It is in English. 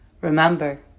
remember